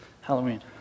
Halloween